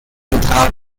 without